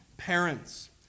Parents